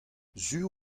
sur